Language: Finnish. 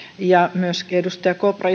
ja myöskin edustaja kopra